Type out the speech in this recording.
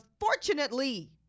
unfortunately